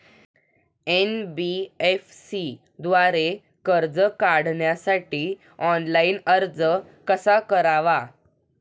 NBFC द्वारे कर्ज काढण्यासाठी ऑनलाइन अर्ज कसा करावा?